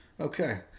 Okay